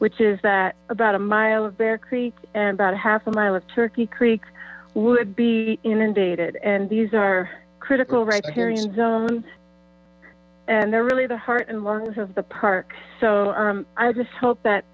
which is that about a mile of bear creek and about a half a mile of turkey creek would be inundated and these are critical riparian zones and they're really the heart and lungs of the park so i just hope that